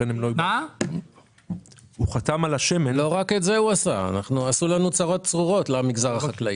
כששר האוצר חתם על המכלול של הרפורמה